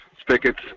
spigots